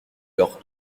leurs